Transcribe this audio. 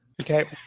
Okay